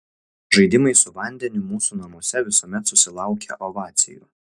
žaidimai su vandeniu mūsų namuose visuomet susilaukia ovacijų